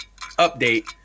update